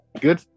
good